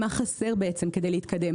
מה חסר כדי להתקדם,